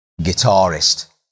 guitarist